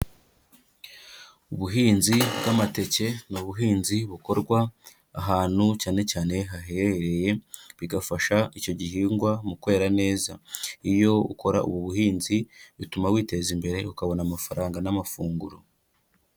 Ubuhinzi bw'amateke ni ubuhinzi bukorwa ahantu cyane cyane haherereye, bigafasha icyo gihingwa mu kwera neza. Iyo ukora ubu buhinzi bituma witeza imbere, ukabona amafaranga n'amafunguro.